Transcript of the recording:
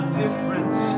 difference